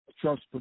trust